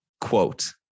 quote